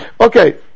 okay